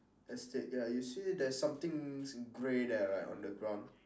the stick ya you see there's something grey there right on the ground